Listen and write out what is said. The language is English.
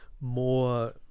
more